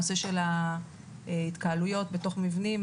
הנושא של ההתקהלויות בתוך מבנים,